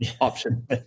option